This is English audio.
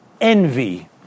envy